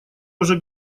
уже